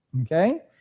okay